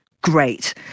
great